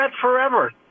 forever